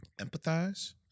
empathize